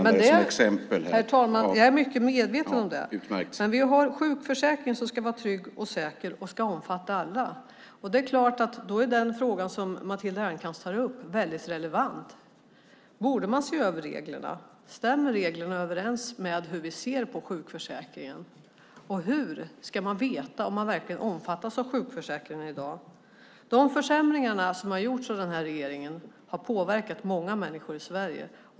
Herr talman! Jag är medveten om det. Vi har en sjukförsäkring som ska vara trygg, säker och omfatta alla. Då är frågan som Matilda Ernkrans tar upp relevant. Borde man se över reglerna? Stämmer reglerna överens med hur vi ser på sjukförsäkringen? Hur ska man veta om man omfattas av sjukförsäkringen i dag? De försämringar som har gjorts under denna regering har påverkat många människor i Sverige.